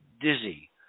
dizzy